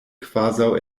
kvazaŭ